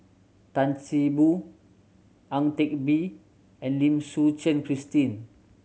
Tan See Boo Ang Teck Bee and Lim Suchen Christine